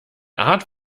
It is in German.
art